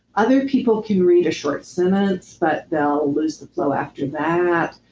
other people can read a short sentence, but they'll lose the flow after that.